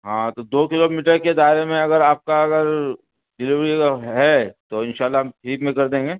ہاں تو دو کلو میٹر کے دائرے میں اگر آپ کا اگر ڈیلیوری ہے تو انشاء اللہ ہم ٹھیک میں کر دیں گے